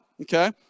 okay